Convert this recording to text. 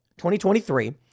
2023